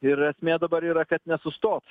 ir esmė dabar yra kad nesustot